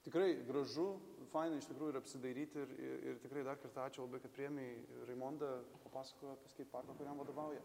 tikrai gražu faina iš tikrųjų ir apsidairyt ir i ir tikrai dar kartą ačiū labai kad priėmei raimonda papasakojo apie skeit parką kuriam vadovauja